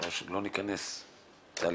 טלי, לא ניכנס לשגרה.